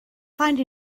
find